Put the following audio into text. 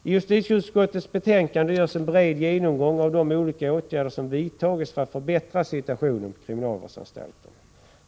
I justitieutskottets betänkande görs en bred genomgång av de olika åtgärder som har vidtagits för att förbättra situationen på kriminalvårdsanstalterna.